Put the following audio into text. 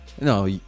No